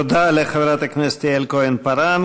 תודה לחברת הכנסת יעל כהן-פארן.